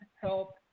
help